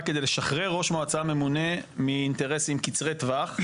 כדי לשחרר ראש מועצה ממונה מאינטרסים קצרי טווח,